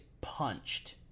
punched